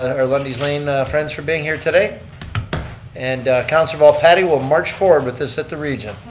our lundy's lane friends for being here today and councillor volpatti will march forward with this at the region.